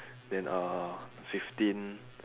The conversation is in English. then uh fifteen